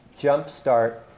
jumpstart